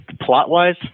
plot-wise